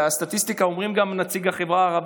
בסטטיסטיקה אומרים גם נציג החברה הערבית?